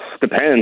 Depends